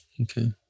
okay